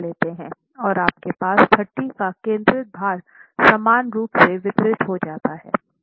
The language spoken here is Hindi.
और आपके पास 30 का केंद्रित भार समान रूप से वितरित हो जाता है